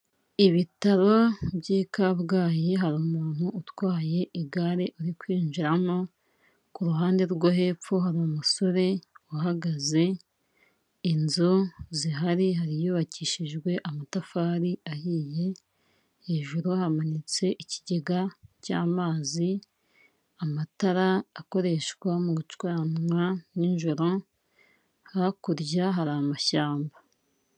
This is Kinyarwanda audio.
Ibitaro by'i Kabgayi hari umuntu utwaye igare uri kwinjiramo, ku ruhande rwo hepfo hari umusore uhagaze, inzu zihari hari iyubakishijwe amatafari ahiye, hejuru hamanitse ikigega cy'amazi, amatara akoreshwa mu gucanwa nijoro, hakurya hari amashyamba.